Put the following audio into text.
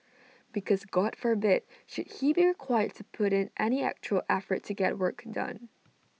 because God forbid should he be required to put in any actual effort to get work done